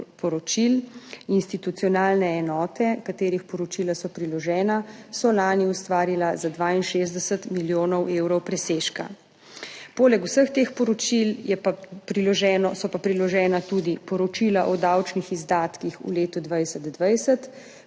institucionalne enote, katerih poročila so priložena, so lani ustvarile za 62 milijonov evrov presežka. Poleg vseh teh poročil so pa priložena tudi poročila o davčnih izdatkih v letu 2020,